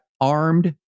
armed